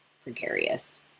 precarious